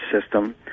system